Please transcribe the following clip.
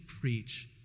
preach